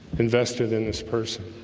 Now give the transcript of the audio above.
invested in this person,